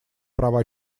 права